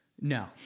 No